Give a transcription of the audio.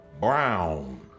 Brown